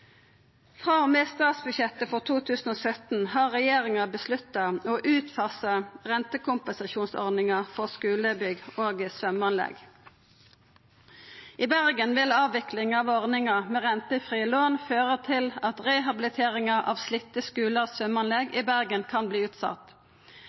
Frå og med statsbudsjettet for 2017 har regjeringa avgjort å utfasa rentekompensasjonsordninga for skulebygg og svømmeanlegg. I Bergen vil avviklinga av ordninga med rentefrie lån føra til at rehabiliteringa av svømmeanlegg i slitte skular